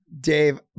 Dave